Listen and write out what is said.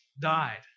died